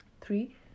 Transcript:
Three